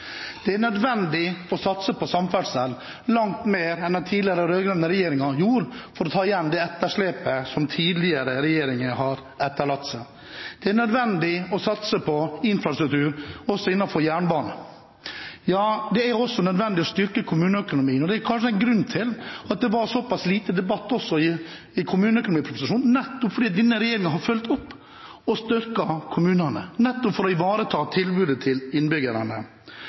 Det er nødvendig å satse på samferdsel – langt mer enn den tidligere rød-grønne regjeringen gjorde, for å ta igjen det etterslepet som tidligere regjeringer har etterlatt seg. Det er nødvendig å satse på infrastruktur også innenfor jernbane – og ja, det er nødvendig å styrke kommuneøkonomien. Det er kanskje en grunn til at det var såpass lite debatt i forbindelse med kommuneproposisjonen, fordi denne regjeringen har fulgt opp og styrket kommunene, nettopp for å ivareta tilbudet til innbyggerne.